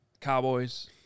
Cowboys